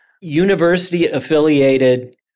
university-affiliated